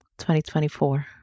2024